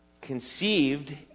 conceived